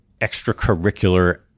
extracurricular